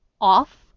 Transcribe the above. off